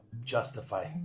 justify